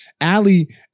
Allie